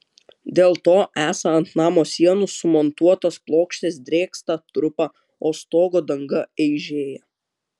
dėl to esą ant namo sienų sumontuotos plokštės drėksta trupa o stogo danga eižėja